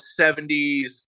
70s